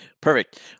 Perfect